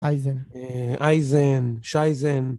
אייזן, אייזן, שייזן.